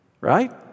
right